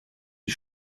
die